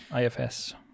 IFS